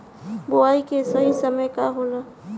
बुआई के सही समय का होला?